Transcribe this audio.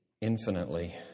infinitely